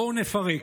בואו נפרק: